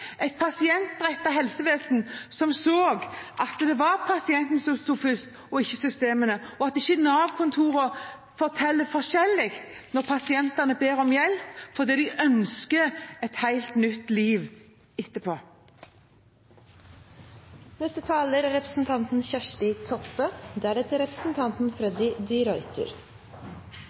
et pasientrettet helsevesen som så at det var pasienten som sto først, og ikke systemene, og at ikke Nav-kontorene sier forskjellige ting når pasientene ber om hjelp fordi de ønsker et helt nytt liv. Mange talarar frå regjeringspartia har sagt at regjeringa vil skapa pasientens helseteneste og setja pasienten i sentrum. Det synest eg er